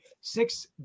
six